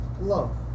love